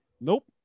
Nope